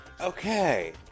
Okay